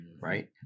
right